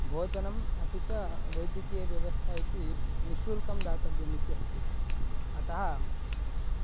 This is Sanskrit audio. भोजनम् अपि च वैद्यकीयव्यवस्था इति निश्शुल्कं दातव्यम् इत्यस्ति अतः